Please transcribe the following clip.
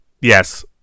yes